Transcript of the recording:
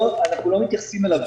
אנחנו לא מתייחסים אליו.